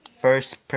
first